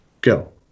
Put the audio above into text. Go